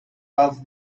was